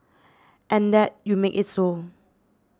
and that you make it so